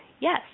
yes